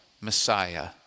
Messiah